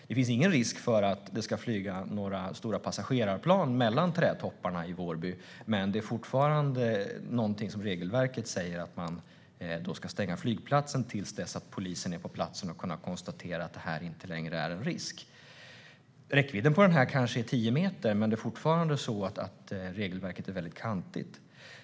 Det finns ingen risk för att det ska flyga några stora passagerarplan mellan trädtopparna i Vårby, men regelverket säger fortfarande att man ska stänga flygplatsen tills polisen är på plats och har kunnat konstatera att det inte längre är en risk. Räckvidden på den här drönaren kanske är tio meter. Regelverket är väldigt kantigt.